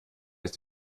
ist